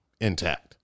intact